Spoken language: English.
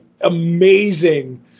amazing